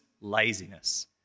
laziness